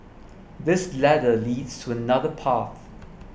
this ladder leads to another path